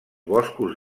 boscos